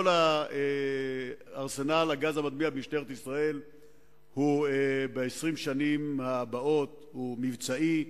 כל ארסנל הגז המדמיע במשטרת ישראל ב-20 השנים הבאות הוא מבצעי,